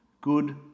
Good